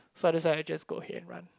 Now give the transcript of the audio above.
so I decided I just go ahead and run